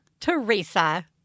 Teresa